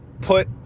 put